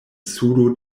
sudo